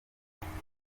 urubuga